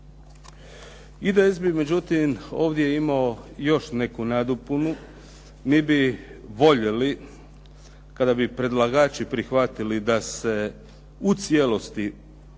IDS bi međutim ovdje imao još neku nadopunu. Mi bi voljeli kada bi predlagači prihvatili da se u cijelosti ukine